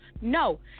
No